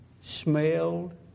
smelled